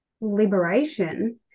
liberation